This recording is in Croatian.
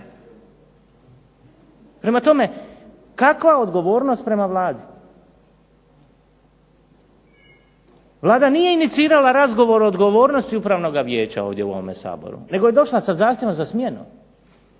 Prema tome, kakva odgovornost prema Vladi. Vlada nije inicirala razgovor odgovornosti upravnoga vijeća ovdje u ovom Saboru, nego je došla sa zahtjevom za smjenu.